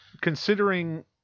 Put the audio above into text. considering